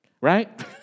right